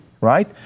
right